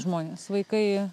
žmonės vaikai